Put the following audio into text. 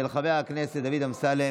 של חבר הכנסת דוד אמסלם.